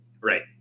Right